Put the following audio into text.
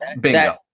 bingo